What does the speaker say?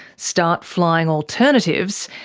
start flying alternatives,